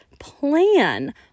plan